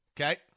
okay